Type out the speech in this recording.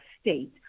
state